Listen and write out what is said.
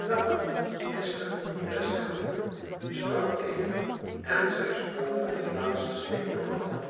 dank u mr westhove sprak eve en zij sprong van het laatste steenblok af